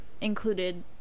included